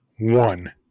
one